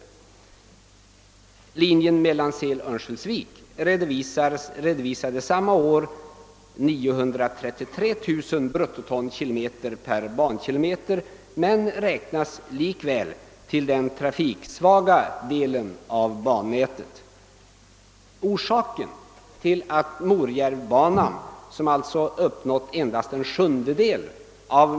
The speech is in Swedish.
Linjen Mellansel Öörnsköldsvik redovisade samma år 933 000 bruttotonkilometer per bankilometer men räknas likväl till den trafiksvaga delen av bannätet.